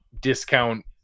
discount